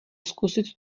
zkusit